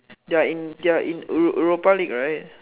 they are in they are in europa league right